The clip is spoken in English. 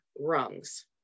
rungs